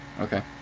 Okay